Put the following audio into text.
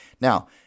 Now